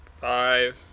Five